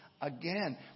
again